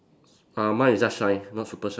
uh mine is just shine not super shine